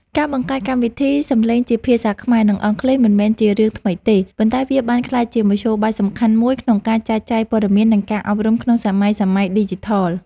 ការបង្កើតកម្មវិធីសំឡេងជាភាសាខ្មែរ និងអង់គ្លេសមិនមែនជារឿងថ្មីទេ ប៉ុន្តែវាបានក្លាយជាមធ្យោបាយសំខាន់មួយក្នុងការចែកចាយព័ត៌មាន និងការអប់រំក្នុងសម័យឌីជីថល។